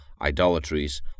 idolatries